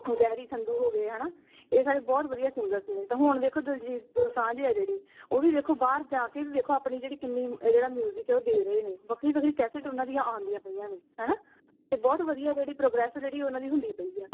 Garry Sandhu ਹੋ ਗਏ ਹੈ ਨਾ ਇਹ ਸਾਰੇ ਬਹੁਤ ਵਧੀਆ ਸਿੰਗਰਸ ਨੇ ਤਾਂ ਹੁਣ ਵੇਖੋ ਦਿਲਜੀਤ ਦੋਸਾਂਝ ਆ ਜਿਹੜੇ ਉਹ ਵੀ ਵੇਖੋ ਬਾਹਰ ਜਾ ਕੇ ਵੇਖੋ ਆਪਣੀ ਜਿਹੜੀ ਕਿੰਨੀ ਜਿਹੜਾ ਮਿਊਜਿਕ ਆ ਉਹ ਦੇ ਰਹੇ ਨੇ ਵੱਖਰੀ ਤੁਸੀਂ ਕੈਸੇਟ ਉਹਨਾਂ ਦੀਆਂ ਆਉਂਦੀਆਂ ਪਈਆਂ ਨੇ ਹੈ ਨਾ ਅਤੇ ਬਹੁਤ ਵਧੀਆ ਜਿਹੜੀ ਪ੍ਰੋਗਰੈਸ ਜਿਹੜੀ ਉਹਨਾਂ ਦੀ ਹੁੰਦੀ ਪਈ ਆ